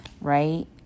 right